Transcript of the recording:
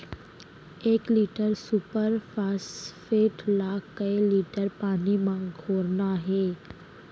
एक litre super phosphate ला कए लीटर पानी मा घोरना हे?